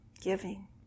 Giving